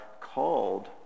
called